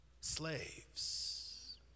slaves